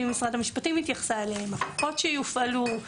במשרד המשפטים התייחסה אליהם: הכוחות שיופעלו,